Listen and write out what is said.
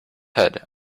head